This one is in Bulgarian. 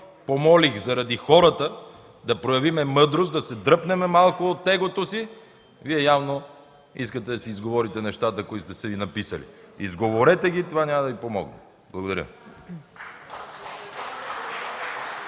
помолих заради хората да проявим мъдрост, да се дръпнем малко от егото си. Вие явно искате да си изговорите нещата, които сте ги написали. Изговорете ги, това няма да Ви помогне. Благодаря.